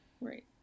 Right